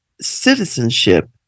citizenship